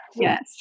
Yes